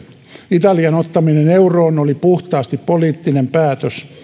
italian ottaminen euroon oli puhtaasti poliittinen päätös